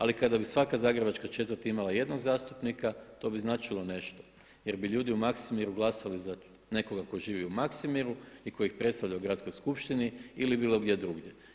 Ali kada bi svaka zagrebačka četvrt imala jednog zastupnika to bi značilo nešto jer bi ljudi u Maksimiru glasali za nekoga tko živi u Maksimiru i koji ih predstavlja u Gradskoj skupštini ili bilo gdje drugdje.